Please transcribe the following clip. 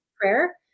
prayer